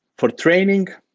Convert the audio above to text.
for training,